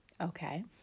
Okay